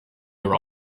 your